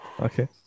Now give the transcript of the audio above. Okay